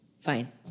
Fine